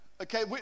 okay